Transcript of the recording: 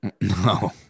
No